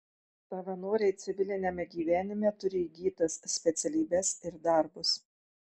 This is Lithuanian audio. savanoriai civiliniame gyvenime turi įgytas specialybes ir darbus